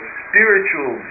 spiritual